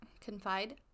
confide